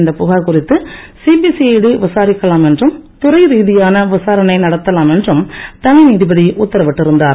இந்த புகார் குறித்து சிபிசிஐடி விசாரிக்கலாம் என்றும் துறைரீதியான விசாரணை நடத்தலாம் என்றும் தனிநீதிபதி உத்தரவிட்டிருந்தார்